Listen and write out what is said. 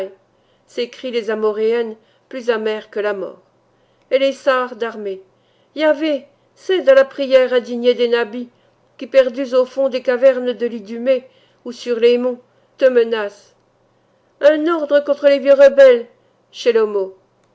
daddôn aï s'écrient les amorrhéennes plus amères que la mort et les sars darmées iahvé cède à la prière indignée des nabis qui perdus au fond des cavernes de l'idumée ou sur les monts te menacent un ordre contre les vieux rebelles